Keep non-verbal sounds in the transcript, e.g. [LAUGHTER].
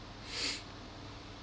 [NOISE]